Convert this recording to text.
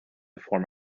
before